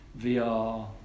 VR